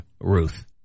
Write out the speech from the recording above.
Ruth